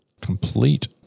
complete